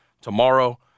tomorrow